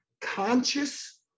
conscious